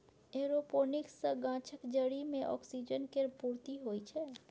aeroponics सँ गाछक जरि मे ऑक्सीजन केर पूर्ती होइ छै